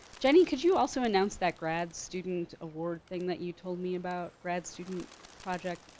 jenny could you also announce that grad student award thing that you told me about grad student project.